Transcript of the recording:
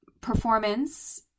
performance